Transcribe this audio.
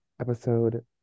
episode